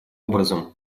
образом